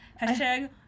Hashtag